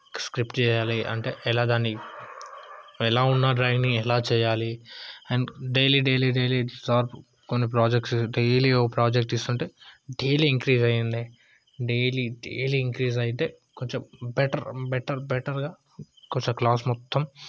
script చేయాలి అంటే ఎలా దాన్ని ఎలా ఉన్నా డ్రాయింగ్ని ఎలా చేయాలి and daily daily daily sir కొన్ని ప్రాజెక్ట్స్ డైలీ ఒక ప్రాజెక్టు ఇస్తుంటే డైలీ ఇంక్రీజ్ అయి ఉండే డైలీ డైలీ ఇంక్రీజ్ అయితే కొంచెం బెటర్ బెటర్ బెటర్గా కొంచెం క్లాస్ మొత్తం